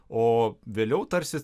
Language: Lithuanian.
o vėliau tarsi